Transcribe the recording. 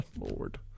Lord